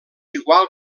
igual